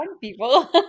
people